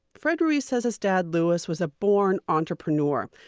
fred ruiz says his dad louis was a born entrepreneur,